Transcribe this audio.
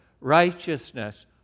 righteousness